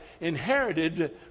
inherited